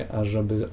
ażeby